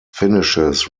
finishes